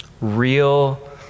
real